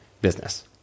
business